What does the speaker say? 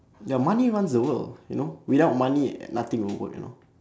ya money runs the world you know without money nothing will work you know